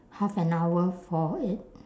half an hour for it